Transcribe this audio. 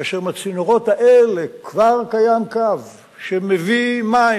כאשר עם הצינורות האלה כבר קיים קו שמביא מים